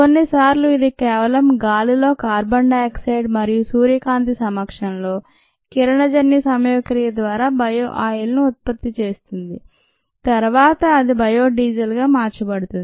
కొన్నిసార్లు ఇది కేవలం గాలిలో కార్బన్ డై ఆక్సైడ్ మరియు సూర్యకాంతి సమక్షంలో కిరణజన్య సంయోగక్రియ ద్వారా బయో ఆయిల్ ను ఉత్పత్తి చేస్తుంది తరువాత అది బయో డీజిల్ గా మార్చబడుతుంది